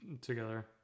together